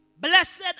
Blessed